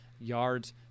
yards